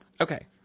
Okay